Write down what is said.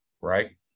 right